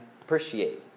appreciate